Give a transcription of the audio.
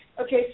okay